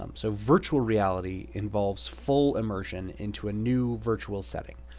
um so virtual reality involves full immersion into a new virtual setting,